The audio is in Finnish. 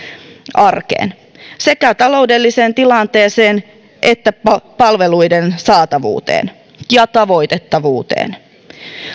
arkeen sekä taloudelliseen tilanteeseen että palveluiden saatavuuteen ja tavoitettavuuteen